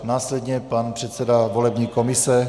Následně pan předseda volební komise